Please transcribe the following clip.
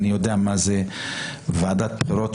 אני יודע מה זה ועדת בחירות,